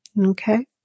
okay